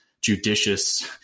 judicious